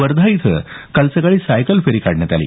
वर्धा इथं काल सकाळी सायकल फेरी काढण्यात आली